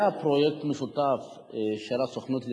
היה פרויקט משותף של הסוכנות,